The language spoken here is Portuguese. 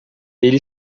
ele